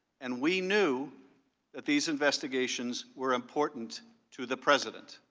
and we knew that these investigations were important to the president.